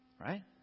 Right